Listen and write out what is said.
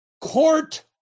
court